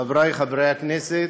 חברי חברי הכנסת,